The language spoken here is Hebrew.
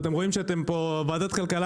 אתם רואים שוועדת כלכלה,